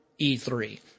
E3